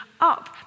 up